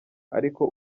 ariko